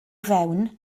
fewn